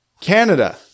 Canada